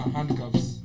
Handcuffs